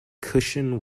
cushion